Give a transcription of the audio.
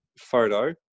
photo